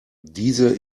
diese